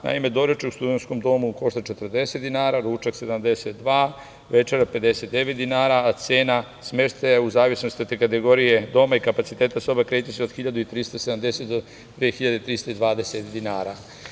Naime, doručak u studentskom domu košta 40 dinara, ručak 72, večera 59 dinara, a cena smeštaja, u zavisnosti od kategorije doma i kapaciteta sobe kreće se 1.370 do 2.320 dinara.